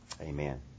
Amen